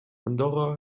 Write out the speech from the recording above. andorra